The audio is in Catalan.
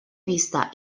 vista